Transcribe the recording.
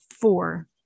four